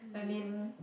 I mean